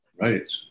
Right